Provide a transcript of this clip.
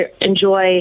enjoy